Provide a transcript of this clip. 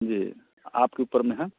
जी आपके ऊपर में है